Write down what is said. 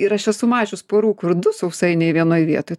ir aš esu mačius porų kur du sausainiai vienoj vietoj